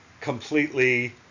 completely